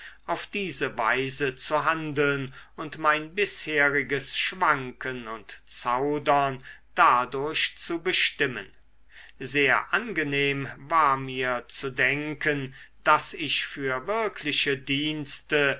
auf diese weise zu handeln und mein bisheriges schwanken und zaudern dadurch zu bestimmen sehr angenehm war mir zu denken daß ich für wirkliche dienste